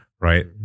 right